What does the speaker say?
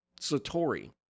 satori